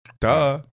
Duh